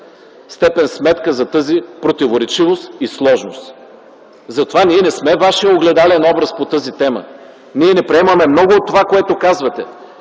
степен сметка за тази противоречивост и сложност. Затова ние не сме вашият огледален образ по тази тема. Ние не приемаме много от това, което казвате,